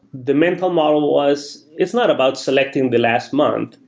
the mental model was it's not about selecting the last month.